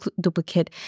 duplicate